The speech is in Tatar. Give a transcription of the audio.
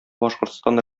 башкортстан